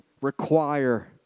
require